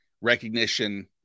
recognition